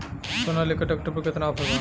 Sonalika tractor पर केतना offer बा?